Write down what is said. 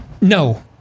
no